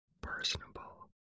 personable